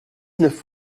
neuf